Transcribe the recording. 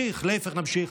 נמשיך, להפך, נמשיך.